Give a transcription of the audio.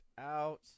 out